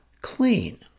clean